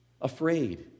Afraid